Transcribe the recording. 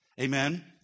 Amen